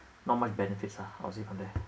not much benefits ah I'll see from there